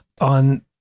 On